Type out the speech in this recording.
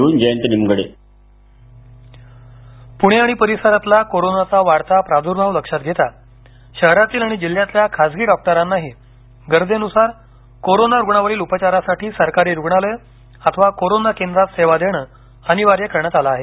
खासगी डॉक्टर प्रणे आणि परिसरातील कोरोनाचा वाढता प्रादुर्भाव लक्षात घेता आता शहरातील आणि जिल्ह्यातील खासगी डॉक्टरांनाही गरजेन्सार कोरोना रुग्णावरील उपचारासाठी सरकारी रुग्णालये अथवा कोरोना केंद्रात सेवा देणं अनिवार्य करण्यात आलं आहे